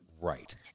Right